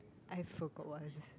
I forgot what is this